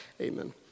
amen